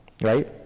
right